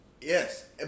Yes